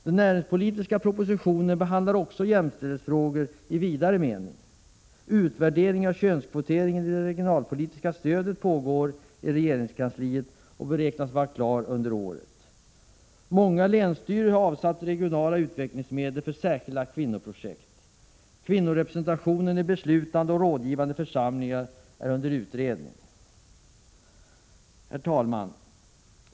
Den näringspolitiska propositionen behandlar också jämställdhetsfrågor i vidare mening. Utvärdering av könskvotering i det regionalpolitiska stödet pågår inom regeringskansliet och beräknas bli klar under året. Många länsstyrelser har avsatt regionala utvecklingsmedel för särskilda kvinnoprojekt. Kvinnorepresentationen i beslutande och rådgivande församlingar är under utredning. Herr talman!